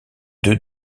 deux